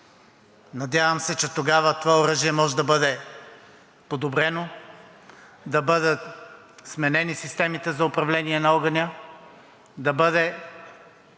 надявам се, че тогава това оръжие може да бъде подобрено, да бъдат сменени системите за управление на огъня, да бъде